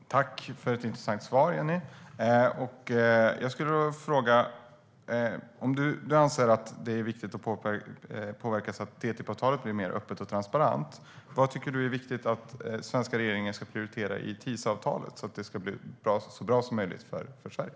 Herr talman! Tack för ett intressant svar, Jennie Nilsson! Om Jennie Nilsson anser att det är viktigt att påverka så att TTIP blir mer öppet och transparent, vad tycker hon då är viktigt att den svenska regeringen ska prioritera i TISA-avtalet så att det blir så bra som möjligt för Sverige?